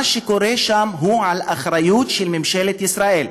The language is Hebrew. מה שקורה שם הוא באחריות של ממשלת ישראל.